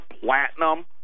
platinum